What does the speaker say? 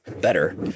better